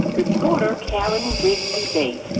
reporter karen grigsby bates.